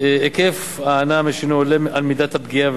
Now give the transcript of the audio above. היקף ההנאה מהשינוי עולה על מידת הפגיעה,